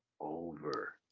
over